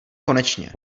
konečně